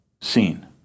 seen